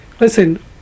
listen